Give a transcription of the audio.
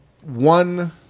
One